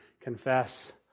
confess